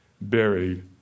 buried